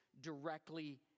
directly